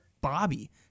Bobby